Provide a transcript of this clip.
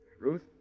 Ruth